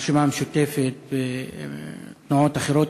הרשימה המשותפת ותנועות אחרות,